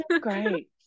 great